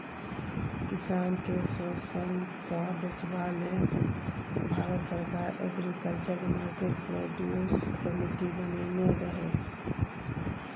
किसान केँ शोषणसँ बचेबा लेल भारत सरकार एग्रीकल्चर मार्केट प्रोड्यूस कमिटी बनेने रहय